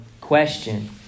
question